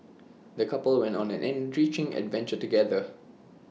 the couple went on an enriching adventure together